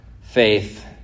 faith